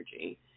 energy